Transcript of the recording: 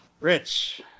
Rich